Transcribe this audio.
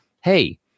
Hey